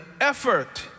effort